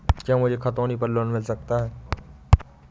क्या मुझे खतौनी पर लोन मिल सकता है?